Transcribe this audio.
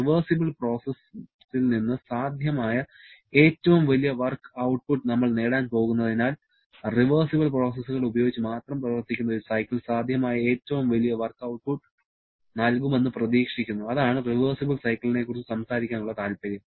reversible പ്രോസസ്സിൽ നിന്ന് സാധ്യമായ ഏറ്റവും വലിയ വർക്ക് ഔട്ട്പുട്ട് നമ്മൾ നേടാൻ പോകുന്നതിനാൽ റിവേർസിബിൾ പ്രോസസ്സുകൾ ഉപയോഗിച്ച് മാത്രം പ്രവർത്തിക്കുന്ന ഒരു സൈക്കിൾ സാധ്യമായ ഏറ്റവും വലിയ വർക്ക് ഔട്ട്പുട്ട് നൽകുമെന്ന് പ്രതീക്ഷിക്കുന്നു അതാണ് റിവേർസിബിൾ സൈക്കിളിനെക്കുറിച്ച് സംസാരിക്കാനുള്ള താൽപര്യം